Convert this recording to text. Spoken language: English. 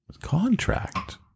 Contract